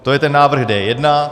To je ten návrh D1.